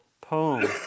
poem